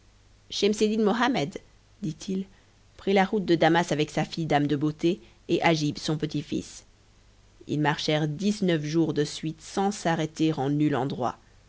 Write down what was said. schemseddin mohammed dit-il prit la route de damas avec sa fille dame de beauté et agib son petit-fils ils marchèrent dix-neuf jours de suite sans s'arrêter en